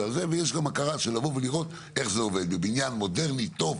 ויש להכיר דרך לבוא ולראות איך זה עובד בבניין חי,